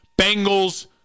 Bengals